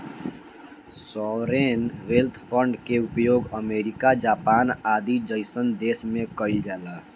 sovereign wealth fund के उपयोग America Japan आदि जईसन देश में कइल जाला